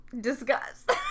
Disgust